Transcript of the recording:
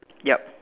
ya